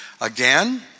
again